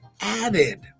added